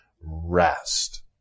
rest